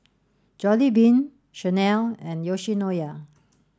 Jollibean Chanel and Yoshinoya